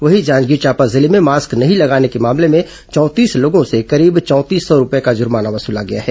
वहीं जांजगीर चांपा जिले में मास्क नहीं लगाने के मामले में चौंतीस लोगों से करीब चौंतीस सौ रूपये का जुर्माना वसुला गया है